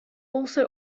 also